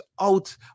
out